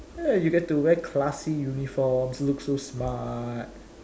!hey! you get to wear classy uniforms look so smart